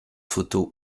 photos